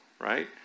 right